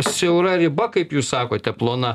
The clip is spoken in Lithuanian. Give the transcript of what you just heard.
siaura riba kaip jūs sakote plona